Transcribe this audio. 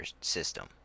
system